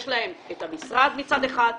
יש להם את המשרד מצד אחד,